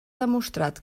demostrat